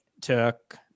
took